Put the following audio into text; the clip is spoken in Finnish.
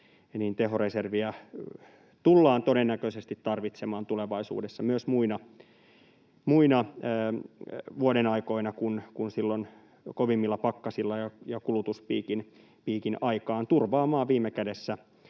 tehoreserviä tullaan todennäköisesti tarvitsemaan tulevaisuudessa myös muina vuodenaikoina kuin kovimmilla pakkasilla ja kulutuspiikin aikaan turvaamaan viime kädessä